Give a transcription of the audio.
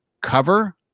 cover